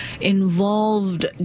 involved